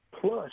Plus